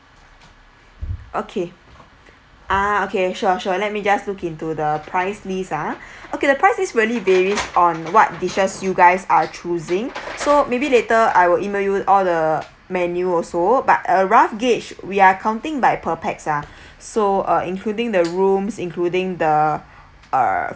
okay ah okay sure sure let me just look into the price list ah okay the price list varies daily on what dishes you guys are choosing so maybe later I will email you all the menu also but a rough gauge we're counting by per pax ah so uh including the rooms including the uh